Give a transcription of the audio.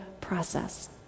process